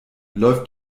läuft